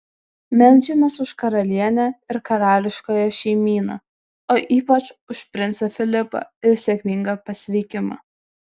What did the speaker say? meldžiamės už karalienę ir karališkąją šeimyną o ypač už princą filipą ir sėkmingą pasveikimą